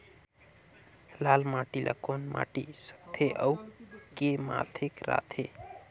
लाल माटी ला कौन माटी सकथे अउ के माधेक राथे?